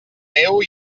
meu